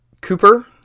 Cooper